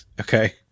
Okay